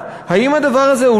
האם הדבר הזה מתקבל על הדעת?